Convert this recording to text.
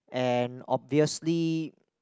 and obviously